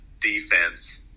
defense